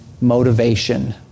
motivation